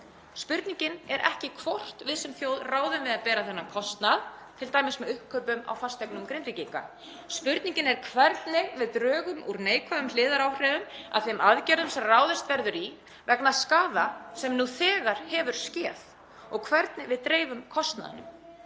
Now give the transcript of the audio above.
Spurningin er ekki hvort við sem þjóð ráðum við að bera þennan kostnað, t.d. með uppkaupum á fasteignum Grindvíkinga, spurningin er hvernig við drögum úr neikvæðum hliðaráhrifum af þeim aðgerðum sem ráðist verður í vegna skaða sem nú þegar er skeður og hvernig við dreifum kostnaðinum.